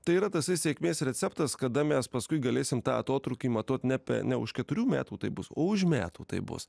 tai yra tasai sėkmės receptas kada mes paskui galėsim tą atotrūkį matuoti ne pe ne už keturių metų tai bus o už metų tai bus